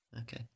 Okay